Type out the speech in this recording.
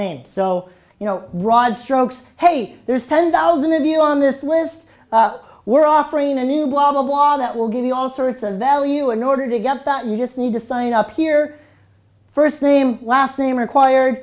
broad strokes hey there's ten thousand of you on this list we're offering a new blah blah blah that will give you all sorts of value in order to get that you just need to sign up here first name last name required